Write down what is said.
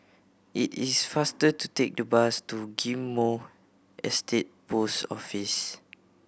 it is faster to take the bus to Ghim Moh Estate Post Office